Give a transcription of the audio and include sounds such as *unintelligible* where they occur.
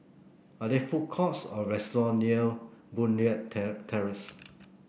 are there food courts or restaurant near Boon Leat *unintelligible* Terrace